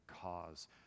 cause